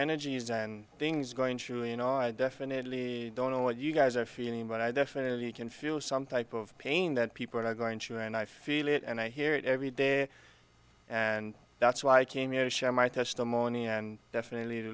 energies and things going through and i definitely don't know what you guys are feeling but i definitely can feel some type of pain that people are going to and i feel it and i hear it every day and that's why i came here to share my testimony and definitely to